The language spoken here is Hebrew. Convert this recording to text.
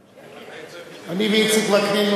אני ואיציק וקנין,